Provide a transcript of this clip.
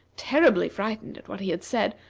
terribly frightened at what he had said,